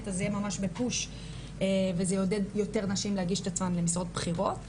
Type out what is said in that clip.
אז יהיה ממש ביקוש וזה יעודד יותר נשים להגיש את עצמן למשרות בכירות,